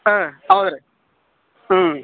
ಹಾಂ ಹೌದು ರೀ ಹ್ಞೂ